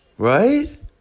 Right